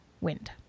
wind